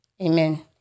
Amen